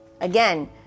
Again